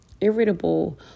irritable